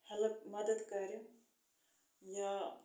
help مَدَد کَرِ یا